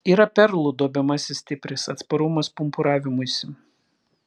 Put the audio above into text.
yra perlų duobiamasis stipris atsparumas pumpuravimuisi